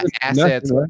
assets